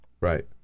Right